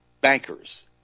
bankers